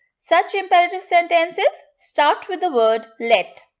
such imperative sentences start with the word let.